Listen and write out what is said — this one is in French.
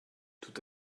tout